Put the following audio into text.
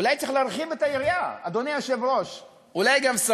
אולי צריך להרחיב את היריעה, אדוני היושב-ראש.